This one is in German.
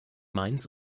mainz